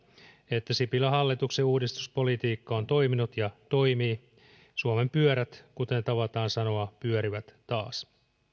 että sipilän hallituksen uudistuspolitiikka on toiminut ja toimii suomen pyörät kuten tavataan sanoa pyörivät taas